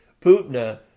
Putna